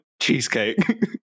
Cheesecake